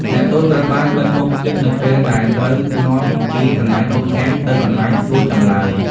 អ្នកទោសត្រូវបានបិទមុខជិតនៅពេលដែលត្រូវនាំពីកន្លែងឃុំឃាំងទៅកន្លែងសួរចម្លើយ។